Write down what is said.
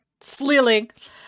Sleeling